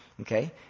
okay